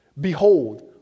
Behold